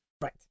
Right